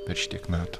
per šitiek metų